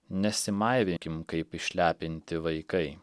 nesimaivykim kaip išlepinti vaikai